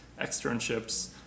externships